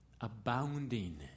abounding